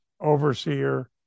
overseer